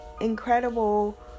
incredible